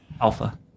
Alpha